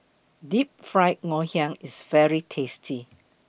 Deep Fried Ngoh Hiang IS very tasty